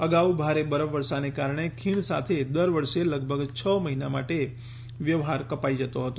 અગાઉ ભારે બરફવર્ષાને કારણે ખીણ સાથે દર વર્ષે લગભગ છ મહિના માટે વ્યવહાર કપાઈ જતો હતો